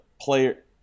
player